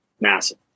Massive